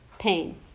pain